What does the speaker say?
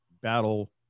battle